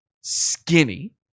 skinny